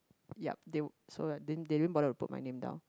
yeap they so yeap they didn't bother to put my name down